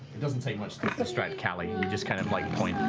it doesn't take much to distract cali. you just kind of like point